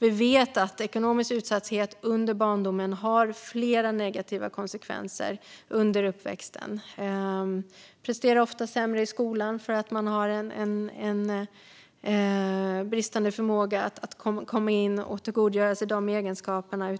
Vi vet att ekonomisk utsatthet under barndomen har flera negativa konsekvenser under uppväxten. Man presterar ofta sämre i skolan för att man har bristande förmåga att tillgodogöra sig undervisningen som en effekt av de